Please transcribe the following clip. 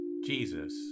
Jesus